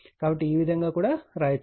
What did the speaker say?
కాబట్టి ఈ విధంగా కూడా వ్రాయవచ్చు